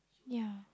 ya